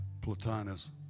Plotinus